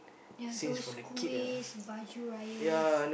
ya those kuih baju raya